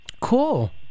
Cool